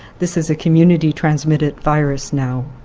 this is a community transmitted virus now.